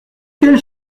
quelle